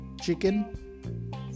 chicken